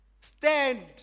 Stand